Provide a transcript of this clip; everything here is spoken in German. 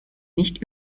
nicht